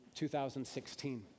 2016